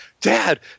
Dad